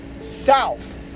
South